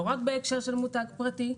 לא רק בהקשר של מותג פרטי,